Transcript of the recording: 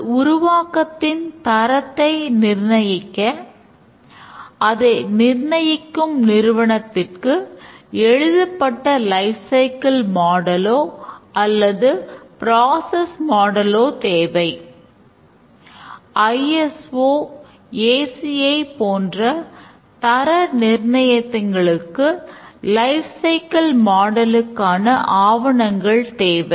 ஒரு உருவாக்கத்தின் தரத்தை நிர்ணயிக்க அதை நிர்ணயிக்கும் நிறுவனத்திற்கு எழுதப்பட்ட லைப் சைக்கிள் மாடலோ ஆவணங்கள் தேவை